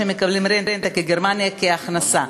בזה שהם מקבלים רנטה מגרמניה כהכנסה,